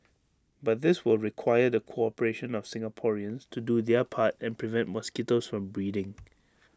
but this will require the cooperation of Singaporeans to do their part and prevent mosquitoes from breeding